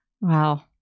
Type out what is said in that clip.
Wow